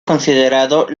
considerado